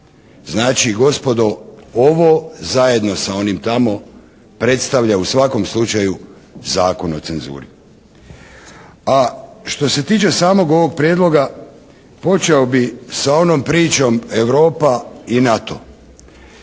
Znači gospodo ovo zajedno sa onim tamo predstavlja u svakom slučaju Zakon o cenzuri. A što se tiče samog ovog Prijedloga počeo bih sa onom pričom Europa i NATO.